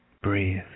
Breathe